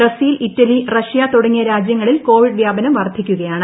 Brazil Italy Russia തുടങ്ങിയിട്ട് രാജ്യങ്ങളിൽ Covid വ്യാപനം വർദ്ധിക്കുകയാണ്